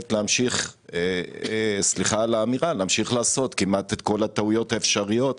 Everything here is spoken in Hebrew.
להמשיך לעשות כמעט את כל הטעויות האפשרויות.